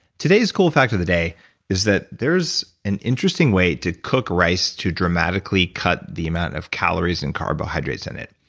today's cool fact of the day is that there's an interesting way to cook rice to dramatically cut the amount of calories and carbohydrates in it.